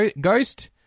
Ghost